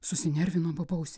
susinervino bobausė